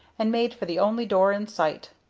and made for the only door in sight.